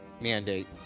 mandate